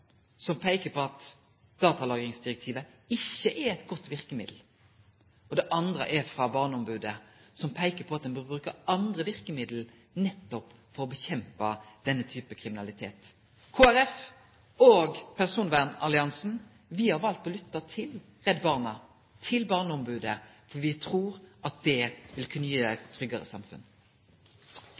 som peikar på at datalagringsdirektivet ikkje er eit godt verkemiddel. Den andre er frå barneombodet, som peikar på at ein bør bruke andre verkemiddel nettopp for å kjempe mot denne typen kriminalitet. Kristeleg Folkeparti og personvernalliansen har valt å lytte til Redd Barna og til barneombodet, for me trur at det vil kunne gi eit tryggare samfunn.